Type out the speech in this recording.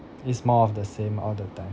it's more of the same all the time